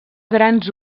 grans